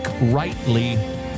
rightly